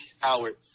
Howard